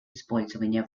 использования